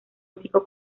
hocico